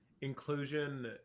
inclusion